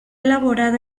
elaborado